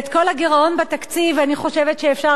ואת כל הגירעון בתקציב אני חושבת שאפשר